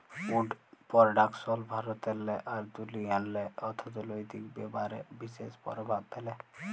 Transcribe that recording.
would production ভারতেল্লে আর দুনিয়াল্লে অথ্থলৈতিক ব্যাপারে বিশেষ পরভাব ফ্যালে